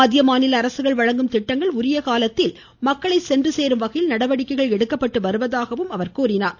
மத்திய மாநில அரசுகள் வழங்கும் திட்டங்கள் உரிய நேரத்தில் மக்களை சென்று சேரும் வகையில் நடவடிக்கை எடுக்கப்பட்டு வருவதாகவும் அவர் கூறினார்